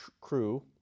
crew